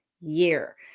year